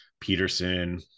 Peterson